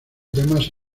temas